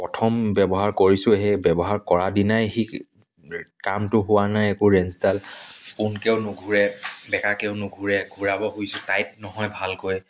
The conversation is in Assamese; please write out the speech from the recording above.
প্ৰথম ব্যৱহাৰ কৰিছোঁহে ব্যৱহাৰ কৰা দিনাই সি টানটো হোৱা নাই একো ৰেঞ্জডাল পোনকৈও নুঘূৰে বেঁকাকৈও নুঘূৰে ঘূৰাব খুজিছোঁ টাইট নহয় ভালকৈ